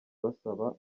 basaba